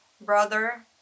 brother